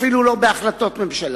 אפילו לא בהחלטות ממשלה.